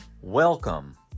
welcome